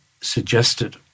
suggested